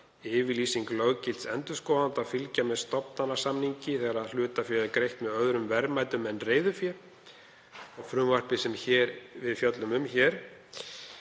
yfirlýsing löggilts endurskoðanda að fylgja með stofnanasamningi þegar hlutafé er greitt með öðrum verðmætum en reiðufé. Frumvarpið sem við fjöllum um hér